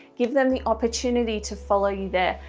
give them the opportunity to follow you there,